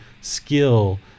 skill